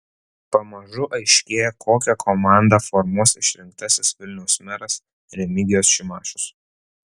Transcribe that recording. pamažu aiškėja kokią komandą formuos išrinktasis vilniaus meras remigijus šimašius